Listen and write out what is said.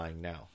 now